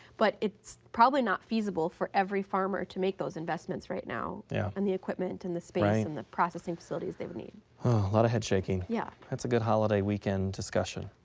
but it's probably not feasible for every farmer to make those investments right now yeah and the equipment and the space and the processing facilities they would need. yeager a lot of head shaking. yeah that's a good holiday weekend discussion.